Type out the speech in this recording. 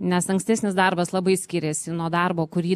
nes ankstesnis darbas labai skiriasi nuo darbo kurį